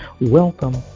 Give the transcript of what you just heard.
Welcome